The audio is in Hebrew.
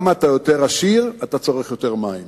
כמה שאתה יותר עשיר, אתה צורך יותר מים,